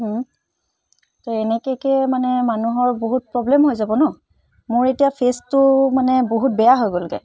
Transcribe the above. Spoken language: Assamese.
তো এনেকৈ কিয় মানে মানুহৰ বহুত প্ৰবলেম হৈ যাব ন মোৰ এতিয়া ফেচটো মানে বহুত বেয়া হৈ গ'লগৈ